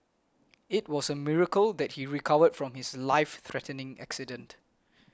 it was a miracle that he recovered from his life threatening accident